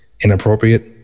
inappropriate